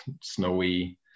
snowy